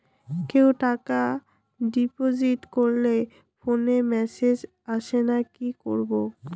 কেউ টাকা ডিপোজিট করলে ফোনে মেসেজ আসেনা কি করবো?